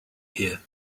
here